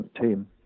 team